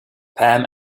pam